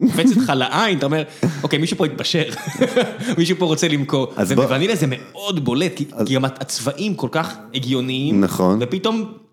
קופצת לך לעין, אתה אומר, אוקיי, מישהו פה התבשל, מישהו פה רוצה למכור. בונילה זה מאוד בולט, כי הצבעים כל כך הגיוניים, ופתאום...